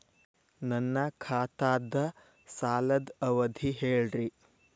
ನನ್ನ ಖಾತಾದ್ದ ಸಾಲದ್ ಅವಧಿ ಹೇಳ್ರಿ